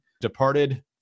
departed